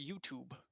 YouTube